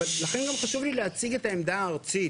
לכן גם חשוב לי להציג את העמדה הארצית,